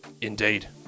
Indeed